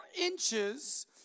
inches